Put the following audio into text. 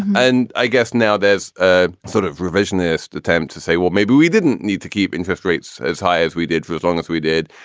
and i guess now there's ah sort of revisionist attempt to say, well, maybe we didn't need to keep interest rates as high as we did for as long as we did,